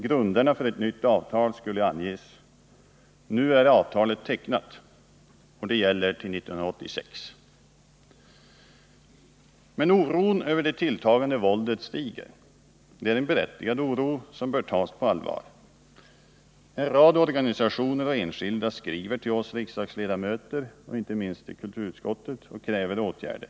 Grunderna för ett nytt avtal skulle anges. Nu är avtalet tecknat och det gäller till 1986. Men oron över det tilltagandet våldet stiger. Det är en berättigad oro, som bör tas på allvar. En rad organisationer och enskilda skriver till oss riksdagsledamöter, inte minst till kulturutskottet, och kräver åtgärder.